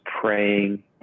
praying